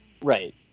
right